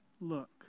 look